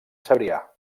cebrià